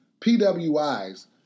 PWIs